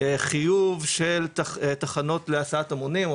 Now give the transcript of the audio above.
חיוב של תחנות להסעת המונים,